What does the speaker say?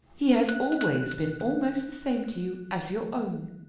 he has always been almost the same to you as your own.